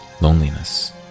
loneliness